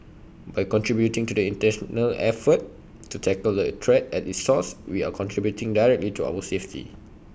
by contributing to the International effort to tackle the threat at its source we are contributing directly to our safety